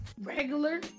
regular